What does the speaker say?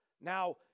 Now